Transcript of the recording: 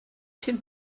pum